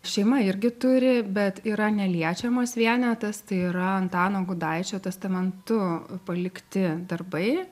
šeima irgi turi bet yra neliečiamas vienetas tai yra antano gudaičio testamentu palikti darbai